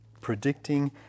predicting